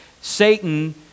Satan